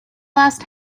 last